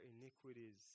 iniquities